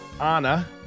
Anna